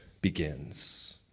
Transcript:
begins